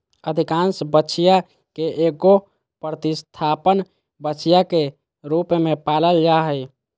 अधिकांश बछिया के एगो प्रतिस्थापन बछिया के रूप में पालल जा हइ